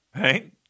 Right